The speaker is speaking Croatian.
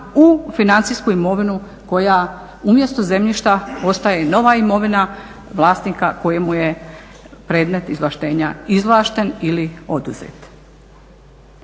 u financijsku imovinu koja umjesto zemljišta postaje nova imovina vlasnika kojemu je predmet izvlaštenja izvlašten ili oduzet.